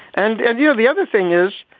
and and, you know, the other thing is,